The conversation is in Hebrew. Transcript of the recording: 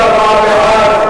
64 בעד,